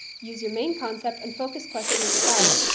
use your main concept and focus question as a guide,